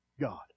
God